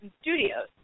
Studios